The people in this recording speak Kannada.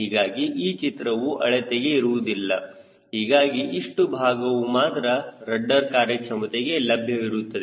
ಹೀಗಾಗಿ ಈ ಚಿತ್ರವು ಅಳತೆಗೆ ಇರುವುದಿಲ್ಲ ಹೀಗಾಗಿ ಇಷ್ಟು ಭಾಗವು ಮಾತ್ರ ರಡ್ಡರ್ ಕಾರ್ಯಕ್ಷಮತೆಗೆ ಲಭ್ಯವಿರುತ್ತದೆ